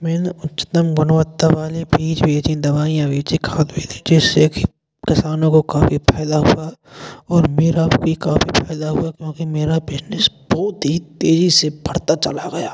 मैंने उच्चतम गुणवत्ता वाले बीज बेचीं दवाइयाँ बेचें खाद भी बेचे जिससे कि किसानों को काफ़ी फायदा हुआ और मेरा भी काफ़ी फायदा हुआ काफ़ी मेरा बिजनेस बहुत ही तेजी से बढ़ता चला गया